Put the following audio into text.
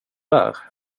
där